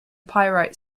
pyrite